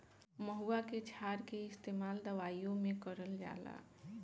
महुवा के क्षार के इस्तेमाल दवाईओ मे करल जाला